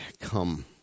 come